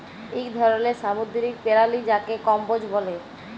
ইক ধরলের সামুদ্দিরিক পেরালি যাকে কম্বোজ ব্যলে